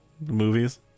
movies